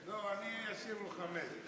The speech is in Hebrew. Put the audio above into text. לא, אני אשאיר לך חמש.